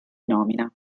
nomina